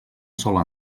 sola